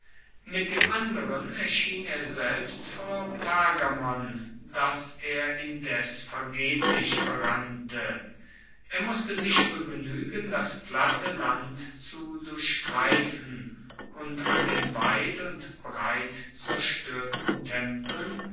mit dem anderen erschien er selbst vor pergamon das er indes vergeblich berannte er musste sich begnuegen das platte land zu durchstreifen und an den weit und breit zerstoerten tempeln